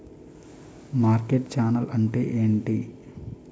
Market channel అంటే ఏంటి?